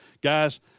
guys